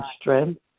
strength